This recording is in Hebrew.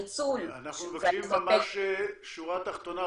אנחנו מבקשים ממש שורה תחתונה,